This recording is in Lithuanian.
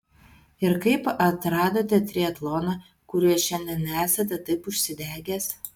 ir kaip atradote triatloną kuriuo šiandien esate taip užsidegęs